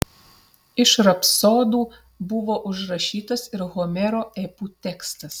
iš rapsodų buvo užrašytas ir homero epų tekstas